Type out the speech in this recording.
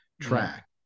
track